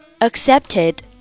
Accepted